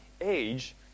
age